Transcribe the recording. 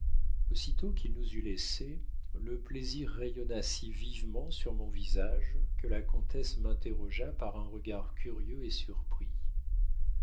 aussitôt qu'il nous eut laissés le plaisir rayonna si vivement sur mon visage que la comtesse m'interrogea par un regard curieux et surpris